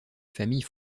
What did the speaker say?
famille